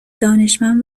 دانشمند